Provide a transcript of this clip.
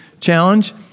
challenge